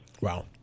Wow